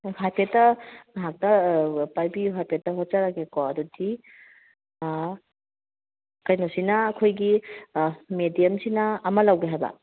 ꯍꯥꯏꯐꯦꯠꯇ ꯉꯥꯏꯍꯥꯛꯇ ꯄꯥꯏꯕꯤꯌꯨ ꯍꯥꯏꯐꯦꯠꯇ ꯍꯣꯠꯆꯔꯛꯀꯦꯀꯣ ꯑꯗꯨꯗꯤ ꯀꯩꯅꯣꯁꯤꯅ ꯑꯩꯈꯣꯏꯒꯤ ꯃꯦꯗꯤꯌꯝꯁꯤꯅ ꯑꯃ ꯂꯧꯒꯦ ꯍꯥꯏꯕ